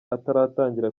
ataratangira